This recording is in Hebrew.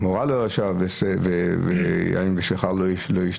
"מורה לא יעלה על ראשו" ו"יין ושכר לא ישתה"